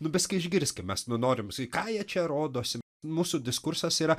nu biskį išgirskim mes nu norim sakyt ką jie čia rodosi mūsų diskursas yra